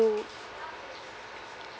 to